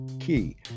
key